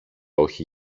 όχι